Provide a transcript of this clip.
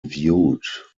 viewed